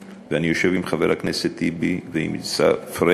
ואני יושב עם חבר הכנסת טיבי ועם עיסאווי פריג'